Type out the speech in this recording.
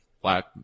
black